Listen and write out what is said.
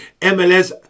MLS